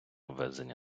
ввезення